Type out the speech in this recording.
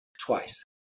twice